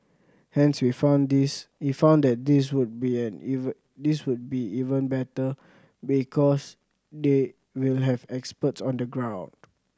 hence we found this we found that this will be an even this will be even better because they will have experts on the ground